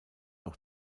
auch